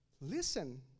listen